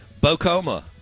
Bocoma